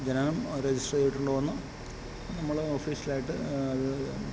ജനനം രജിസ്റ്റർ ചെയ്തിട്ടുണ്ടോന്ന് നമ്മൾ ഒഫീഷ്യലായിട്ട്